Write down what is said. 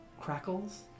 crackles